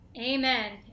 amen